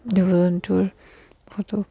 জীৱ জন্তুৰ বহুতো